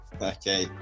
Okay